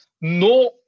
no